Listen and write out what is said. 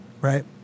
Right